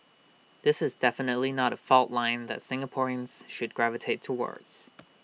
this is definitely not A fault line that Singaporeans should gravitate towards